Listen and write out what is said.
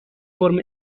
فرم